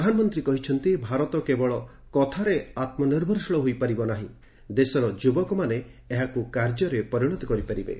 ପ୍ରଧାନମନ୍ତୀ କହିଛନ୍ତି ଭାରତ କେବଳ କଥାରେ ଆତ୍ମନିର୍ଭରଶୀଳ ହୋଇପାରିବ ନାହିଁ ଦେଶର ଯୁବକମାନେ ଏହାକୃ କାର୍ଯ୍ୟରେ ପରିଣତ କରିପାରିବେ